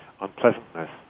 unpleasantness